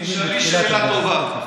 תשאלי שאלה טובה.